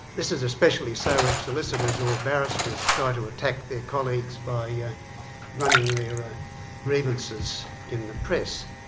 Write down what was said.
this is especially so if solicitors or barristers try to attack their colleagues by yeah running their grievances in the press.